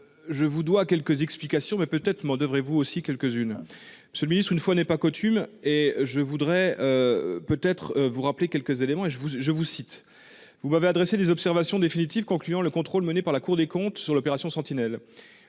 je vous dois quelques explications, mais peut-être m'en devrez-vous aussi quelques-unes. Une fois n'est pas coutume, je voudrais vous rappeler quelques éléments en vous citant :« Vous m'avez adressé des observations définitives concluant le contrôle mené par la Cour des comptes sur l'opération Sentinelle.